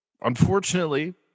Unfortunately